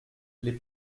les